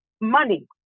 money